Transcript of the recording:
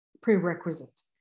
prerequisite